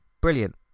Brilliant